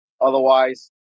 Otherwise